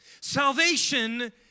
Salvation